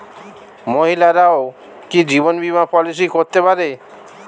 মহিলারাও কি জীবন বীমা পলিসি করতে পারে?